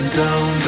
down